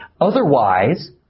Otherwise